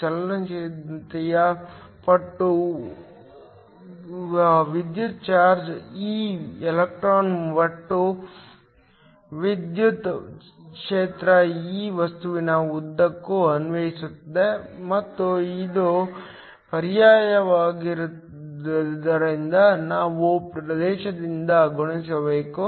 ಚಲನಶೀಲತೆಯ ಪಟ್ಟು ವಿದ್ಯುತ್ ಚಾರ್ಜ್ E ಎಲೆಕ್ಟ್ರಾನ್ ಪಟ್ಟು ವಿದ್ಯುತ್ ಕ್ಷೇತ್ರ E ವಸ್ತುವಿನ ಉದ್ದಕ್ಕೂ ಅನ್ವಯಿಸುತ್ತದೆ ಮತ್ತು ಇದು ಪ್ರವಾಹವಾಗಿರುವುದರಿಂದ ನಾವು ಪ್ರದೇಶದಿಂದ ಗುಣಿಸಬೇಕು